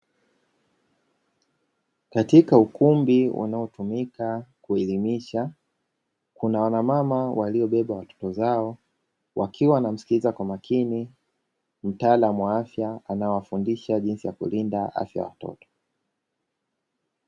Katika ukumbi unaotumika kuelimisha, kuna wanamama waliobeba watoto zao wakiwa wanamsikiliza kwa makini mtaalamu wa afya anayewafundisha jinsi ya kulinda afya ya watoto.